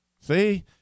See